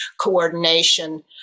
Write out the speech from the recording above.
coordination